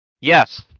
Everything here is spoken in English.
Yes